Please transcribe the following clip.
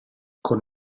con